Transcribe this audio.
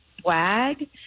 swag